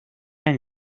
han